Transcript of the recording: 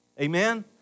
Amen